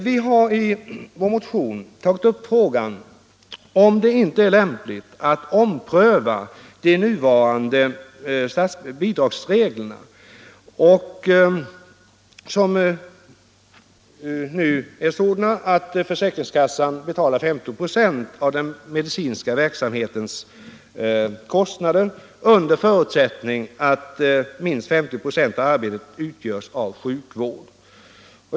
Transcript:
Vi har i vår motion tagit upp frågan om det inte är lämpligt att ompröva de nuvarande bidragsreglerna, som är sådana att försäkringskassan betalar 50 96 av den medicinska verksamhetens kostnader under förutsättning att minst 50 96 av arbetet utgörs av sjukvård.